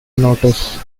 notice